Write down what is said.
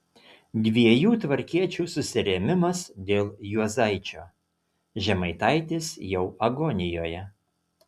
dviejų tvarkiečių susirėmimas dėl juozaičio žemaitaitis jau agonijoje